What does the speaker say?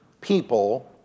people